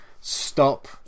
stop